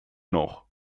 noch